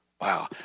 Wow